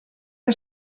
que